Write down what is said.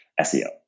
seo